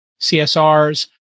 CSRs